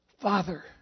Father